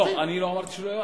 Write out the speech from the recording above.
לא אמרתי שזה לא יובא.